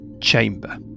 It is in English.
chamber